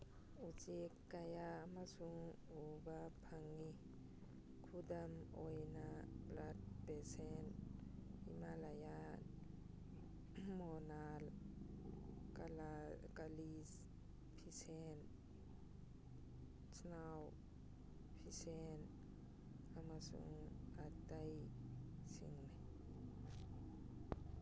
ꯎꯆꯦꯛ ꯀꯌꯥ ꯑꯃꯁꯨ ꯎꯕ ꯐꯪꯉꯤ ꯈꯨꯗꯝ ꯑꯣꯏꯅ ꯕ꯭ꯂꯠ ꯐꯤꯁꯦꯟ ꯍꯤꯃꯥꯂꯌꯥ ꯃꯣꯅꯥꯜ ꯀꯂꯤꯖ ꯐꯤꯁꯦꯟ ꯏꯁꯅꯥꯎ ꯐꯤꯁꯦꯟ ꯑꯃꯁꯨꯡ ꯑꯇꯩ ꯁꯤꯡꯅꯤ